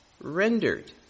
rendered